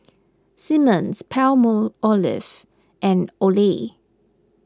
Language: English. Simmons Palmolive and Olay